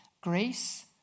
GRACE